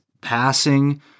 passing